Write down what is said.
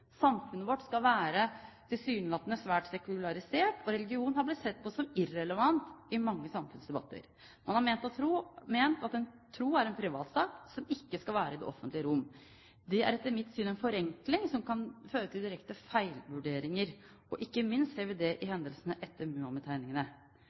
Samfunnet vårt er tilsynelatende svært sekularisert, og religion har blitt sett på som irrelevant i mange samfunnsdebatter. Man har ment at tro er en privatsak som ikke skal være i det offentlige rom. Det er etter mitt syn en forenkling som kan føre til direkte feilvurderinger – ikke minst ser vi det i